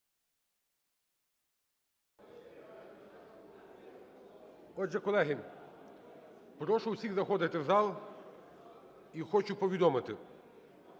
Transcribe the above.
Отже, колеги, прошу всіх заходити в зал. І хочу повідомити,